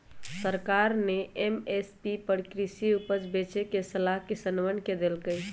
सरकार ने एम.एस.पी पर कृषि उपज बेचे के सलाह किसनवन के देल कई